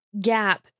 gap